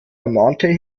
ermahnte